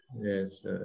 Yes